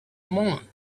moment